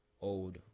old